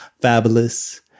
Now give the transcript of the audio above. fabulous